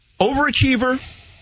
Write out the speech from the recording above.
overachiever